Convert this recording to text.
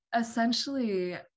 essentially